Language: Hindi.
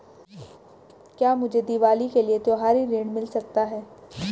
क्या मुझे दीवाली के लिए त्यौहारी ऋण मिल सकता है?